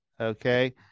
Okay